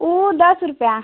वो दस रुपये